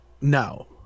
no